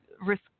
risk